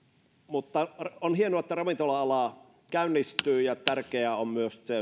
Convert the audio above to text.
mutta on hienoa että ravintola ala käynnistyy ja tärkeää on myös että se